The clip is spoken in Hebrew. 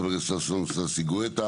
חבר הכנסת ששון ששי גואטה